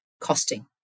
costing